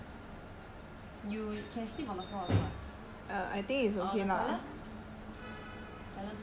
you can sleep on the floor also [what] or the toilet toilet sounds fine